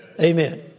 Amen